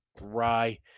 Rye